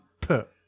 put